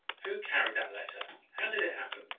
who carried that letter? how did it happen?